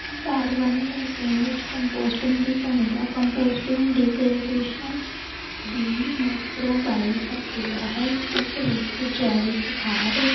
ਬਾਗਬਾਨੀ ਰੂਟੀਨ ਵਿੱਚ ਕੰਪੋਸਟਿੰਗ ਦੀ ਭੂਮਿਕਾ ਕੰਪੋਸਟਿੰਗ ਡੀਕਲੇਟੇਸ਼ਨ ਦੀ ਮਾਈਕਰੋਬਾਲ ਪ੍ਰਕਿਰਿਆ ਹੈ ਜਿਸ ਵਿੱਚ ਜੈਵਿਕ ਖਾਦ